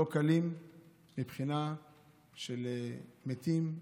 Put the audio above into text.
לא קלים מבחינת מתים,